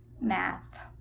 Math